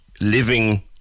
living